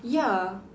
ya